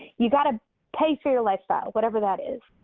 you've got to pay for your lifestyle, whatever that is.